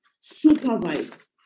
supervise